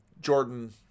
Jordan